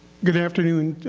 good afternoon,